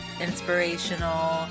inspirational